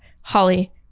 Holly